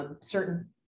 certain